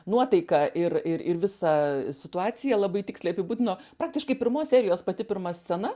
nuotaiką ir ir ir visą situaciją labai tiksliai apibūdino praktiškai pirmos serijos pati pirma scena